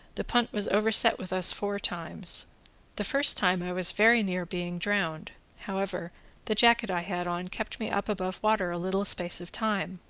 the punt was overset with us four times the first time i was very near being drowned however the jacket i had on kept me up above water a little space of time,